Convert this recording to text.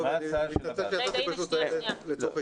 הלכתי לסדרת